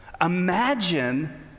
Imagine